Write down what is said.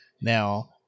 Now